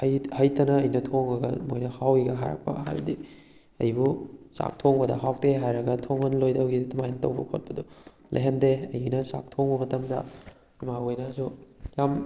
ꯍꯩꯇꯅ ꯑꯩꯅ ꯊꯣꯡꯉꯒ ꯃꯣꯏꯅ ꯍꯥꯎꯏꯒ ꯍꯥꯏꯔꯛꯄ ꯍꯥꯏꯕꯗꯤ ꯑꯩꯕꯨ ꯆꯥꯛ ꯊꯣꯡꯕꯗ ꯍꯥꯎꯇꯦ ꯍꯥꯏꯔꯒ ꯊꯣꯡꯍꯜꯂꯣꯏꯗꯕꯒꯤ ꯑꯗꯨꯃꯥꯏꯅ ꯇꯧꯕ ꯈꯣꯠꯄꯗꯣ ꯂꯩꯍꯟꯗꯦ ꯑꯩꯅ ꯆꯥꯛ ꯊꯣꯡꯕ ꯃꯇꯝꯗ ꯏꯃꯥꯈꯣꯏꯅꯁꯨ ꯌꯥꯝ